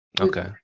okay